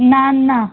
ना ना